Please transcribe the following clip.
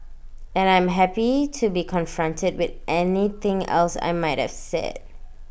and I'm happy to be confronted with anything else I might have said